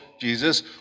Jesus